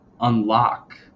unlock